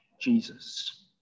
Jesus